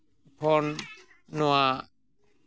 ᱵᱚᱱ ᱱᱚᱣᱟ